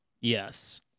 Yes